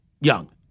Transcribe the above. young